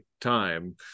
time